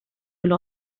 will